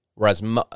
Whereas